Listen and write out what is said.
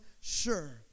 sure